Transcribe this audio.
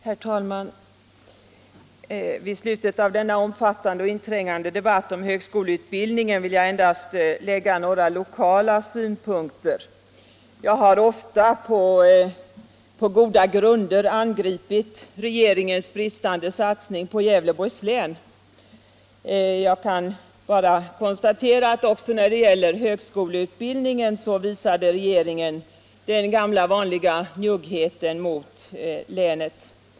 Herr talman! Vid slutet av denna omfattande och inträngande debatt om högskoleutbildningen vill jag endast lägga några lokala synpunkter. Jag har ofta — på goda grunder — angripit regeringens bristande satsning på Gävleborgs län. Jag kan bara konstatera att också när det gäller högskoleutbildningen visade regeringen den gamla vanliga njuggheten mot länet.